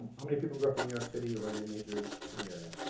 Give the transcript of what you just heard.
how many people grew up in new york city or any major city area?